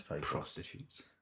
Prostitutes